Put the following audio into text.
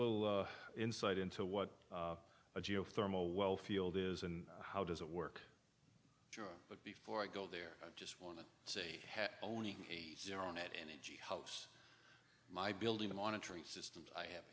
little insight into what a geothermal well field is and how does it work but before i go there i just want to say owning a zero net energy house my building the monitoring systems i have